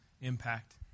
impact